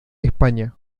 españa